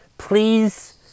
Please